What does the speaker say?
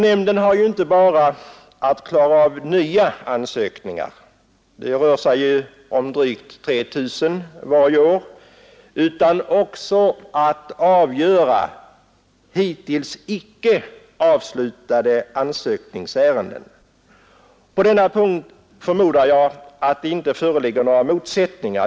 Nämnden har ju inte bara att klara av nya ansökningar — det rör sig om drygt 3 000 varje år — utan också att avgöra hittills icke avslutade ansökningsärenden. På denna punkt förmodar jag att det inte föreligger några motsättningar.